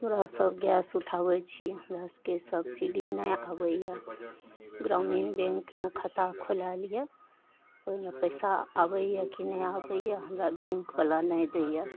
हमरासभ गैस उठाबै छी गैसके सब्सिडी नहि आबैए ग्रामीण बैँकमे खाता खोलेलिए ओहिमे पइसा आबैए कि नहि आबैए हमरा बैँकवला नहि दैए